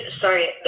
sorry